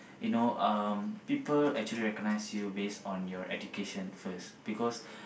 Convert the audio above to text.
you know um people actually recognise you based on your education first because